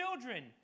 children